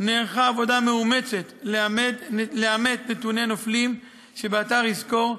נערכה עבודה מאומצת לאמת נתוני נופלים שבאתר "יזכור"